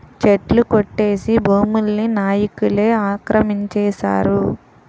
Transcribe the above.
చెట్లు కొట్టేసి భూముల్ని నాయికులే ఆక్రమించేశారు